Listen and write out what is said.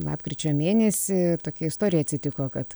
lapkričio mėnesį tokia istorija atsitiko kad